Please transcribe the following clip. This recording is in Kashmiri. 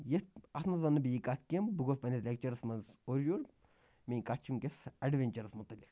یِتھ اَتھ منٛز وَنہٕ نہٕ بہٕ یہِ کَتھ کینٛہہ بہٕ گوس پنٛنِس لیکچَرَس منٛز اورٕ یور میٛٲنۍ کَتھ چھِ وٕنۍکٮ۪س اٮ۪ڈوٮ۪نچرَس مُتعلِق